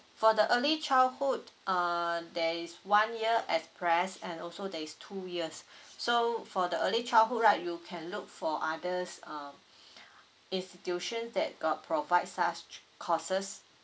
for the early childhood err there is one year express and also there is two years so for the early childhood right you can look for others um institutions that got provide such courses